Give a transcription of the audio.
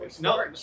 No